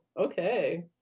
okay